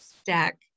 Stack